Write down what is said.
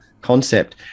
concept